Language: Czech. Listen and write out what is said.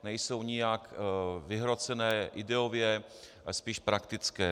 Nejsou nijak vyhrocené ideově, spíš praktické.